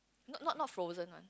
not not frozen one